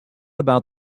about